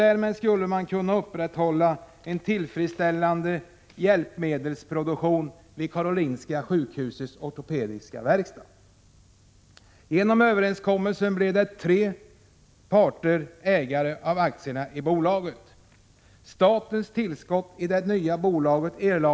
Därmed skulle man kunna upprätthålla en tillfredsställande hjälpmedelsproduktion vid Karolinska sjukhusets ortopediska verkstad.